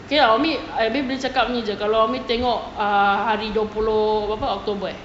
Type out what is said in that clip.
okay lah umi dia cakap ni jer kalau umi tengok err hari dua puluh berapa october eh